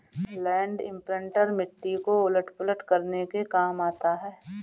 land imprinter मिट्टी को उलट पुलट करने के काम आता है